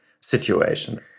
situation